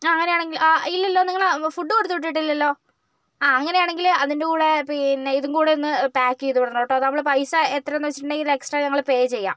ആ അങ്ങനെയാണെങ്കിൽ ഇല്ലല്ലൊ നിങ്ങൾ ഫുഡ് കൊടുത്ത് വിട്ടിട്ടില്ലലോ ആ അങ്ങനെയാണെങ്കില് അതിൻ്റെ കൂടെ പിന്നെ ഇതും കൂടെ ഒന്ന് പാക്ക് ചെയ്ത് വിടണം കേട്ടോ നമ്മള് പൈസ എത്രയാണ് എന്ന് വെച്ചിട്ടുണ്ടേൽ എക്സ്ട്രാ നമ്മൾ പേ ചെയ്യാം